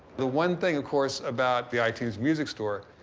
the one thing of course about the itunes music store,